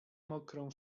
mokrą